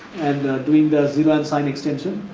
and doing the zero unsigned extension,